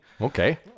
Okay